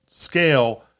scale